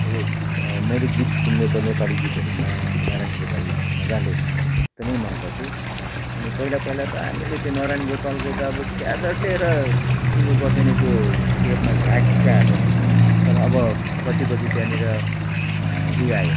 अब मैले गीत सुन्ने त नेपाली गीतहरूमा नारायण गोपाल मज्जाले एकदमै मनपर्थ्यो अनि पहिला पहिला त हामीले त्यो नारायण गोपालको त अब क्यासेट लिएर सुन्नु पर्थ्यो नि त्यो टेपमा घड्याक्क हालेर तर अब पछि पछि त्यहाँनिर उयो आयो